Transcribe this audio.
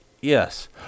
Yes